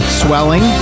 swelling